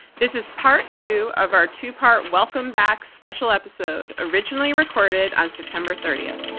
this is part two of our two-part welcome back special episode originally recorded on september thirtieth.